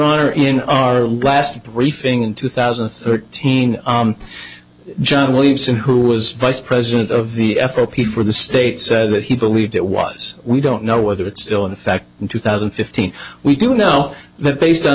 honor in our last briefing in two thousand and thirteen john williamson who was vice president of the fop for the state said that he believed it was we don't know whether it's still in effect in two thousand and fifteen we do know that based on